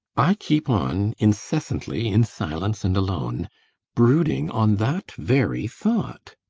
i keep on incessantly in silence and alone brooding on that very thought.